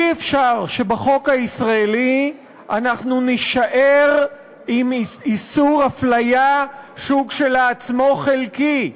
אי-אפשר שבחוק הישראלי אנחנו נישאר עם איסור הפליה שהוא כשלעצמו חלקי.